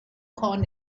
corn